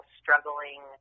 struggling –